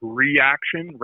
reaction